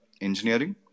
engineering